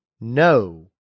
no